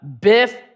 Biff